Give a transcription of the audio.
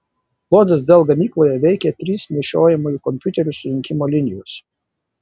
lodzės dell gamykloje veikia trys nešiojamųjų kompiuterių surinkimo linijos